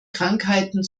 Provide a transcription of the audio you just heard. krankheiten